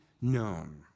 known